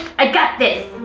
i got this!